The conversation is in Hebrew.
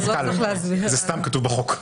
זה סתם כתוב בחוק.